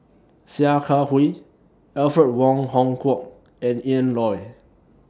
Sia Kah Hui Alfred Wong Hong Kwok and Ian Loy